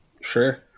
Sure